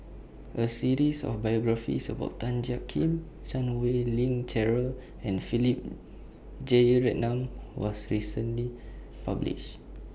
A series of biographies about Tan Jiak Kim Chan Wei Ling Cheryl and Philip Jeyaretnam was recently published